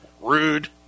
rude